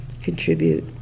contribute